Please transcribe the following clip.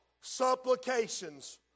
supplications